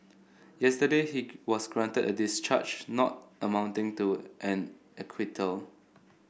yesterday he was granted a discharge not amounting to an acquittal